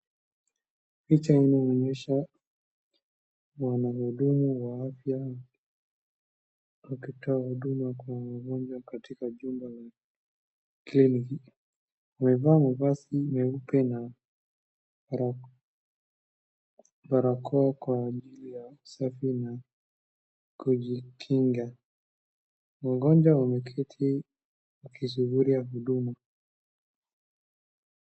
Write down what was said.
Picha inayoonyesha wanahuduma wa afya, wakitoa huduma kwa wagonjwa katika jumba la health wamevaa mavazi meupe na barakoa kwa ajili ya usafi na kujikinga mgonjwa ameketi akisuburia huduma.